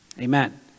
Amen